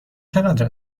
چقدر